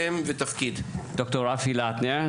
ד"ר רפי לטנר,